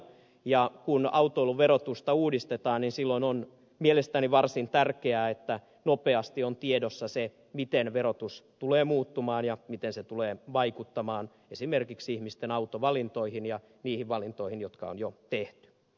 ja kun autoilun verotusta uudistetaan niin silloin on mielestäni varsin tärkeää että nopeasti on tiedossa se miten verotus tulee muuttumaan ja miten se tulee vaikuttamaan esimerkiksi ihmisten autovalintoihin ja niihin valintoihin jotka on jo tehty